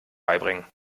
beibringen